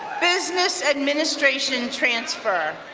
business administration transfer.